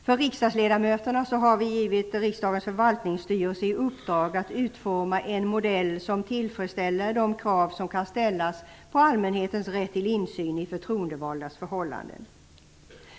För riksdagsledamöter har vi givit riksdagens förvaltningsstyrelse i uppdrag att utforma en modell som tillfredsställer de krav som kan ställas på allmänhetens rätt till insyn i förtroendevaldas förhållanden.